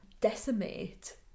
decimate